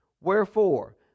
Wherefore